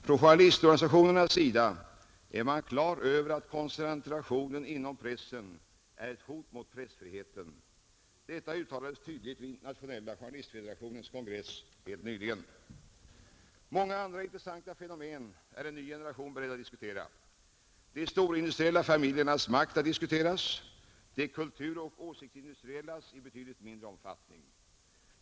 Från journalistorganisationernas sida är man på det klara med att koncentrationen inom pressen är ett hot mot pressfriheten. Detta uttalades tydligt vid Internationella journalistfederationens kongress helt nyligen. En ny generation är beredd att diskutera många andra intressanta fenomen, De storindustriella familjernas makt har diskuterats; de kulturoch åsiktsindustriellas i betydligt mindre omfattning.